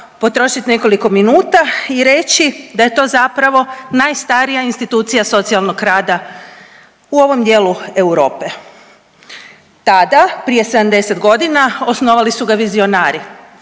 potrošit nekoliko minuta i reći da je to zapravo najstarija institucija socijalnog rada u ovom dijelu Europe. Tada, prije 70 godina osnovali su ga vizionari.